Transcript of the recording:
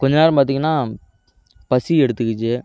கொஞ்ச நேரம் பார்த்தீங்கன்னா பசி எடுத்துக்கிச்சு